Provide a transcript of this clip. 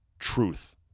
truth